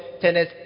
tennis